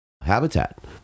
habitat